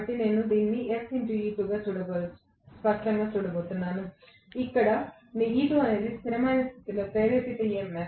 కాబట్టి నేను దీనిని sE2 గా చూడబోతున్నాను ఇక్కడ E2 అనేది స్థిరమైన స్థితిలో ప్రేరేపిత EMF